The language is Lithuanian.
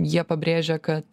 jie pabrėžia kad